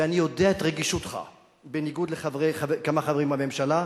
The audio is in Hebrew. ואני יודע את רגישותך, בניגוד לכמה חברים בממשלה,